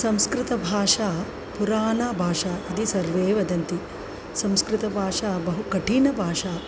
संस्कृतभाषा पुराणभाषा इति सर्वे वदन्ति संस्कृतभाषा बहु कठिनभाषा